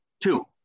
Two